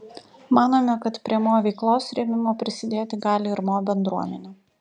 manome kad prie mo veiklos rėmimo prisidėti gali ir mo bendruomenė